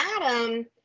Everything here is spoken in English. Adam